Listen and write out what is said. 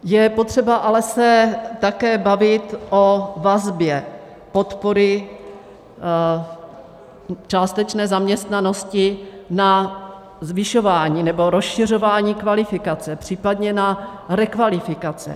Je potřeba se ale také bavit o vazbě podpory částečné zaměstnanosti na zvyšování nebo rozšiřování kvalifikace, případně na rekvalifikace.